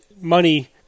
money